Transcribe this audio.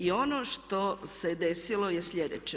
I ono što se desilo je sljedeće.